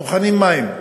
טוחנים מים,